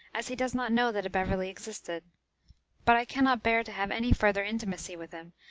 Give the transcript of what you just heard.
as he does not know that a beverley existed but i can not bear to have any further intimacy with him,